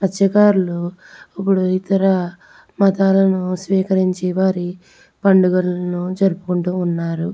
మత్స్యకారులు ఇప్పుడు ఇతర మతాలను స్వీకరించి వారి పండుగలను జరుపుకుంటు ఉన్నారు